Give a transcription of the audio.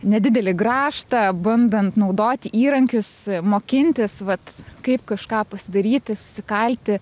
nedidelį grąžtą bandant naudoti įrankius mokintis vat kaip kažką pasidaryti susikalti